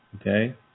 Okay